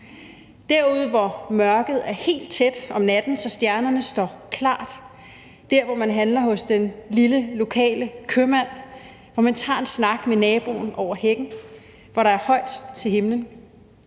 derude, hvor mørket er helt tæt om natten, så stjernerne står klart; hvor man handler hos den lille lokale købmand; hvor man tager en snak med naboen over hækken; hvor der er højt til himlen.